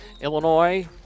Illinois